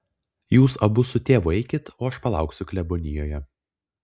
jūs abu su tėvu eikit o aš palauksiu klebonijoje